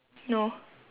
no